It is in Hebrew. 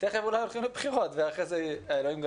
תיכף אולי הולכים לבחירות, ואז אלוהים גדול.